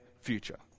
future